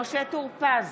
משה טור פז,